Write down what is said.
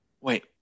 wait